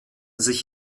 sich